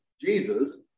Jesus